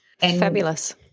Fabulous